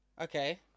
Okay